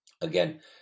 Again